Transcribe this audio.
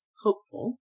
hopeful